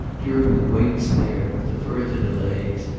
during the waits there, the further delays,